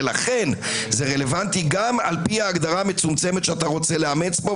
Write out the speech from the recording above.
ולכן זה רלוונטי גם על פי ההגדרה המצומצמת שאתה רוצה לאמץ פה,